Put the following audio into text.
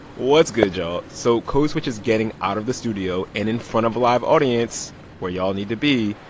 what's good, y'all? so code switch is getting out of the studio and in front of a live audience where y'all need to be.